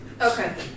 Okay